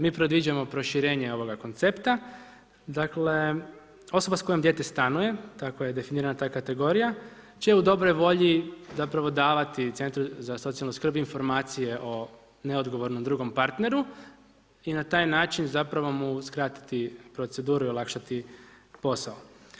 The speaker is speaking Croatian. Mi predviđamo proširenje ovoga koncepta, dakle osoba s kojom dijete stanuje tako da je definirana ta kategorija će u dobroj volji davati centru za socijalnu skrb informacije o neodgovornom drugom partneru i na taj način mu uskratiti proceduru i olakšati posao.